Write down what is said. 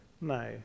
No